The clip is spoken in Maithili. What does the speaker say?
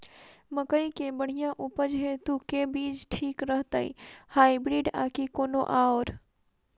मकई केँ बढ़िया उपज हेतु केँ बीज ठीक रहतै, हाइब्रिड आ की कोनो आओर?